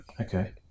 Okay